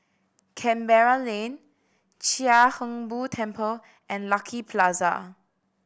Canberra Lane Chia Hung Boo Temple and Lucky Plaza